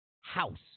house